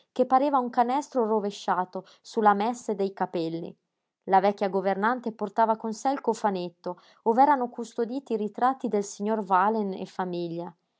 che pareva un canestro rovesciato su la mèsse dei capelli la vecchia governante portava con sé il cofanetto ov'erano custoditi i ritratti del signor wahlen e famiglia